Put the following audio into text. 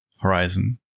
horizon